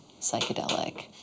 psychedelic